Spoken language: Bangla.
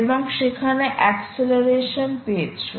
এবং সেখানে এক্সিলারেশন পেয়েছো